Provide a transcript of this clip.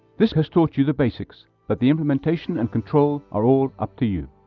this has taught you the basics but the implementation and control are all up to you.